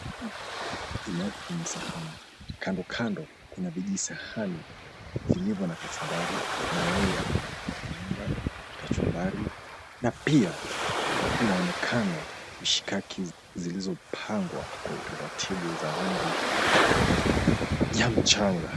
Imewekwa kwenye sahani. Kandokando kuna vijisahani vilivyo na kachumbari, mayai yakukaanga, kachumbari na pia unaonekana mshkaki zilizopangwa kwa utaratibu za rangi ya mchanga.